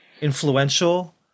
influential